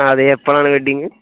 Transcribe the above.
അ അതെ എപ്പോഴാണ് വെഡ്ഡിങ്